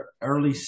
early